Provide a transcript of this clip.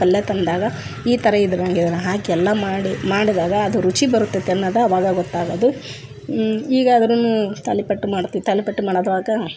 ಪಲ್ಲೆ ತಂದಾಗ ಈ ಥರ ಇದರಂಗೆ ಹಾಕಿ ಎಲ್ಲ ಮಾಡಿ ಮಾಡಿದಾಗ ಅದು ರುಚಿ ಬರುತದೆ ಅನ್ನೋದ್ ಅವಾಗ ಗೊತ್ತಾಗೋದು ಈಗ ಆದ್ರುನೂ ತಾಲಿಪಟ್ ಮಾಡ್ತೀವ್ ತಾಲಿಪಟ್ ಮಾಡೋದಾಗ